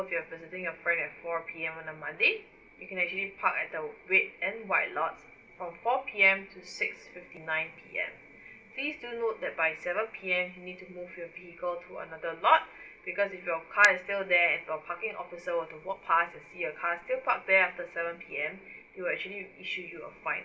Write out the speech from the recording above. you're visiting your friend at four P_M on a monday you can actually park at the red and white lots from four P_M to six fifty nine P_M please do note that by seven P_M you need to move your vehicle to another lot because if your car is still there and if a parking officer were to walk past and see your car still parked there after seven P_M he'll actually issue you a fine